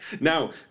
Now